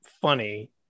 funny